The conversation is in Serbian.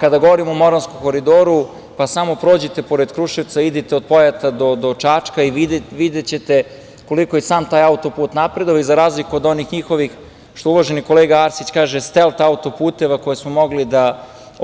Kada govorimo o Moravskom koridoru, samo prođite pored Kruševca, idite od Pojata do Čačka i videćete koliko je i sam taj auto-put napredovao i za razliku od onih njihovih, što uvaženi kolega Arsić kaže - stelt auto-puteva o